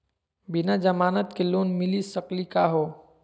बिना जमानत के लोन मिली सकली का हो?